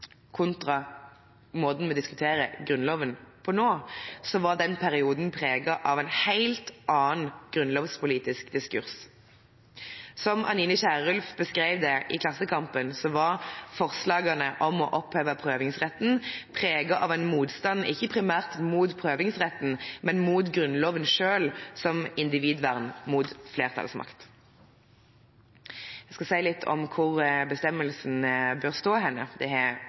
kontra måten vi diskuterer Grunnloven på nå, var den perioden preget av en helt annen grunnlovspolitisk diskurs. Som Anine Kierulf beskrev det i Klassekampen, var forslagene om å oppheve prøvingsretten «preget av en motstand ikke primært mot prøvingsretten, men mot Grunnloven selv som individvern mot flertallsmakt». Jeg skal si litt om hvor bestemmelsen bør stå, og det har